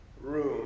room